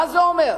מה זה אומר?